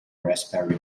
raspberry